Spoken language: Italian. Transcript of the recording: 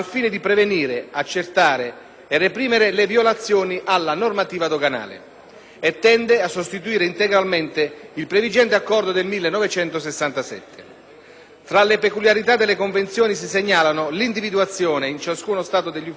e tende a sostituire integralmente il previgente accordo del 1967. Tra le peculiarità della Convenzione si segnalano l'individuazione in ciascuno Stato degli uffici di coordinamento, che si interfaccino tra loro nella mutua assistenza e cooperazione,